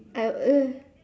I err